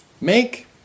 make